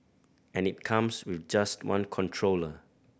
and it comes with just one controller